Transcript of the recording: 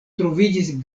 troviĝis